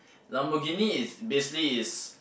Lamborghini is basically is